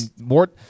more